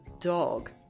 dog